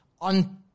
on